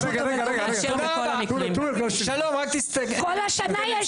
כל השנה יש